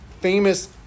famous